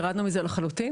ירדנו מזה לחלוטין?